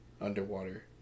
underwater